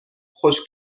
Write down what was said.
خشک